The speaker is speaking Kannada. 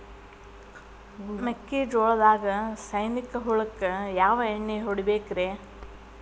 ಮೆಕ್ಕಿಜೋಳದಾಗ ಸೈನಿಕ ಹುಳಕ್ಕ ಯಾವ ಎಣ್ಣಿ ಹೊಡಿಬೇಕ್ರೇ?